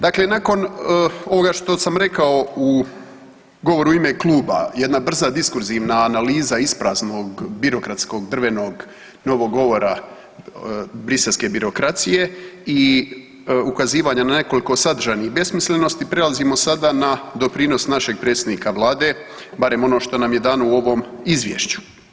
Dakle, nakon ovoga što sam rekao u govoru u ime kluba jedna brza diskurzivna analiza ispraznog birokratskog drvenog novog govora briselske birokracije i ukazivanja na nekoliko sadržajnih besmislenosti prelazimo sada na doprinos našeg predsjednika Vlade, barem ono što nam je dano u ovom izvješću.